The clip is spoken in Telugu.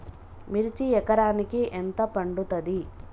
మిర్చి ఎకరానికి ఎంత పండుతది?